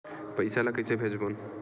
पईसा ला कइसे भेजबोन?